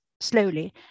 slowly